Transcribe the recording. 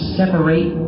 separate